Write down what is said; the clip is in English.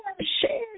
Share